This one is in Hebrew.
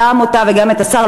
גם אותה וגם את השר,